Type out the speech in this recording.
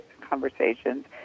conversations